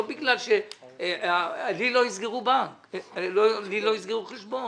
לי לא יסגרו חשבון